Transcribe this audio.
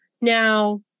Now